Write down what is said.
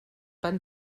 van